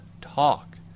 talk